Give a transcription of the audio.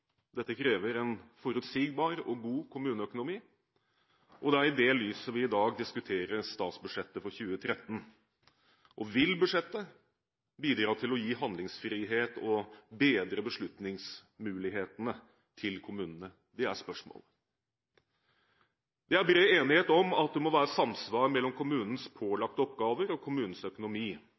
Dette krever en forutsigbar og god kommuneøkonomi, og det er i det lyset vi i dag diskuterer statsbudsjettet for 2013. Vil budsjettet bidra til å gi handlingsfrihet og bedre beslutningsmulighetene til kommunene? Det er spørsmålet. Det er bred enighet om at det må være samsvar mellom kommunens pålagte oppgaver og kommunens økonomi.